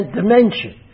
dimension